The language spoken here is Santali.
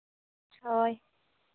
ᱦᱳᱭ